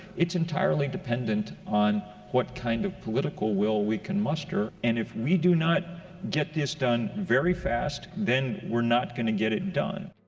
it's entirely dependent on what kind of political will we can muster. and if we do not get this done very fast, then we're not gonna get it done.